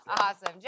Awesome